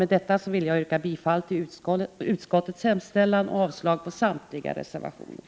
Med detta yrkar jag bifall till utskottets hemställan och avslag på samtliga reservationer.